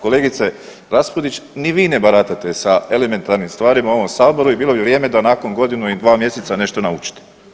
Kolegice Raspudić, ni vi ne baratate sa elementarnim stvarima u ovom saboru i bilo bi vrijeme da nakon godinu i 2 mjeseca nešto naučite.